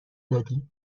داری